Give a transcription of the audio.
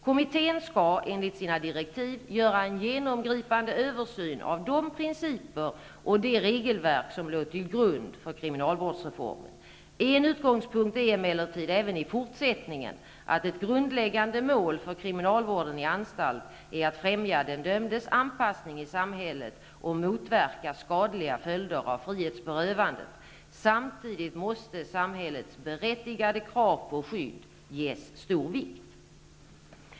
Kommittén skall enligt sina direktiv göra en genomgripande översyn av de principer och det regelverk som låg till grund för kriminalvårdsreformen. En utgångspunkt är emellertid även i fortsättningen att ett grundläggande mål för kriminalvården i anstalt är att främja den dömdes anpassning i samhället och motverka skadliga följder av frihetsberövandet. Samtidigt måste samhällets berättigade krav på skydd ges stor vikt.